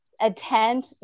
attend